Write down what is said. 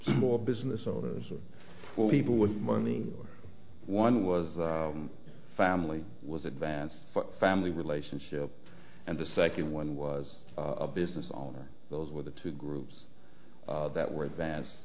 more business owners or for people with money or one was the family was advanced family relationship and the second one was a business owner those were the two groups that were advance